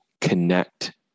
connect